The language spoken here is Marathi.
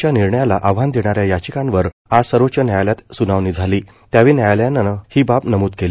च्या निर्णयाला आव्हान देणाऱ्या याचिकांवर आज सर्वोच्च न्यायलयात सुनावणी झाली त्यावेळी न्यायालयानं ही बाब नमुद केली